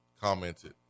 commented